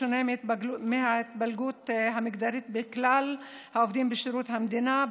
בשונה מההתפלגות המגדרית של כלל העובדים בשירות המדינה,